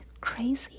crazy